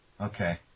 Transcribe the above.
Okay